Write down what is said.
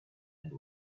and